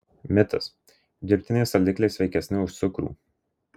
mitas dirbtiniai saldikliai sveikesni už cukrų